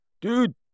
Dude